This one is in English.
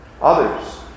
others